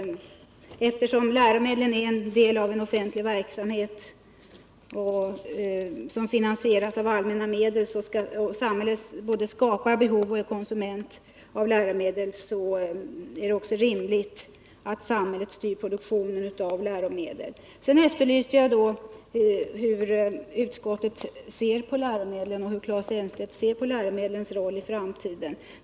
Eftersom läromedlen är en del av en offentlig verksamhet som finansieras av allmänna medel och samhället både skapar behov av och är konsument av läromedel är det också rimligt att samhället styr produktionen av läromedel. Jag efterlyste utskottets syn på läromedlen och Claes Elmstedts syn på läromedlens roll i framtiden.